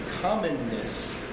commonness